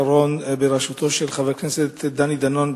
בראשותו של חבר הכנסת דני דנון,